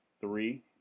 three